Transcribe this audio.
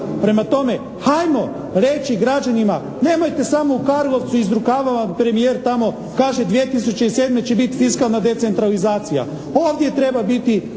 Prema tome ajmo reći građanima nemojte samo u Karlovcu, iz rukava vam premijer tamo kaže 2007. će biti fiskalna decentralizacija. Ovdje treba biti